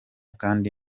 kandi